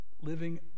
living